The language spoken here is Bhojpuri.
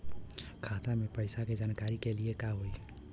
खाता मे पैसा के जानकारी के लिए का होई?